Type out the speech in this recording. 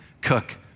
cook